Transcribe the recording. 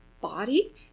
body